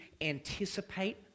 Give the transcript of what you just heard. anticipate